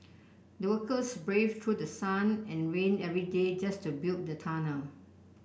the workers braved through sun and rain every day just to build the tunnel